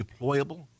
deployable